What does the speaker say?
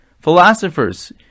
Philosophers